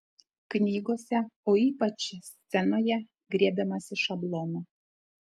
knygose o ypač scenoje griebiamasi šablono